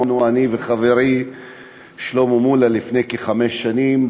אני וחברי שלמה מולה לפני כחמש שנים,